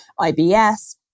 IBS